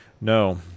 No